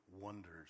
wonders